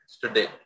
Today